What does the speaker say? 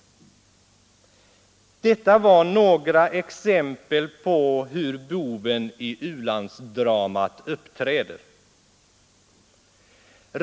Detta var några exempel på hur boven i u-landsdramat uppträder.